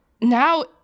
now